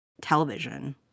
television